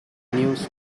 news